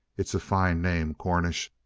it's a fine name, cornish.